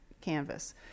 canvas